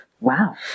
Wow